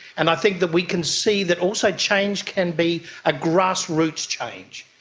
and i think that we can see that also change can be a grassroots change.